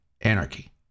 anarchy